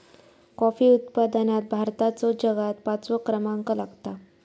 coffee उत्पादनात भारताचो जगात पाचवो क्रमांक लागता